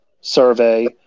survey